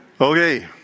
Okay